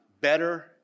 Better